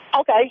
Okay